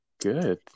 good